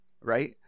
right